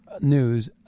news